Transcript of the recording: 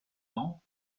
dents